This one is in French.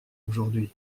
aujourd’hui